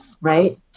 right